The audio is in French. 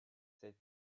cette